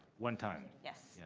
one time. yes.